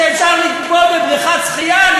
שאפשר לטבול בבריכת שחייה,